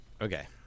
Okay